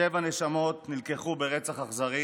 שבע נשמות נלקחו ברצח אכזרי.